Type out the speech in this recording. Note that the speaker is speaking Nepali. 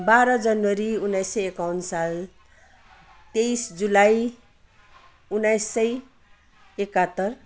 बाह्र जनवरी उन्नाइस सय एकाउन्न साल तेइस जुलाई उन्नाइस सय एकहत्तर